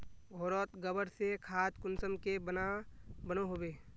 घोरोत गबर से खाद कुंसम के बनो होबे?